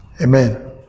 Amen